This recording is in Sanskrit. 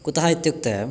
कुतः इत्युक्ते